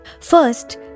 First